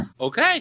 Okay